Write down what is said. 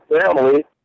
family